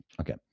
Okay